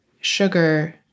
sugar